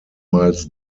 miles